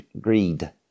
greed